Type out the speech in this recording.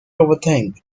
overthink